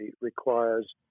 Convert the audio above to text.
requires